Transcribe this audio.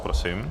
Prosím.